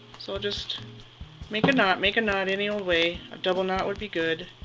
so just make a knot, make a knot any way, a double knot would be good